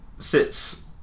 sits